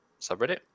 subreddit